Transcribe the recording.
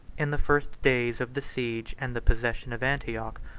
in the first days of the siege and the possession of antioch,